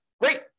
Great